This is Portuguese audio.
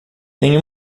tem